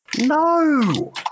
No